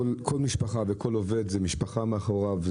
כל משפחה וכל עובד זה משפחה מאחוריו,